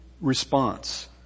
response